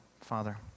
Father